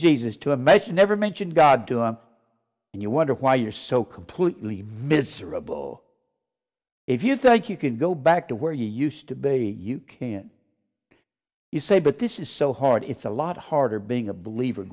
jesus to a measure never mention god to him and you wonder why you're so completely miserable if you think you can go back to where you used to be you can't you say but this is so hard it's a lot harder being a believer